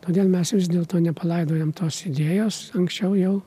todėl mes vis dėlto nepalaidojom tos idėjos anksčiau jau